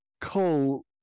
coal